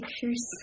pictures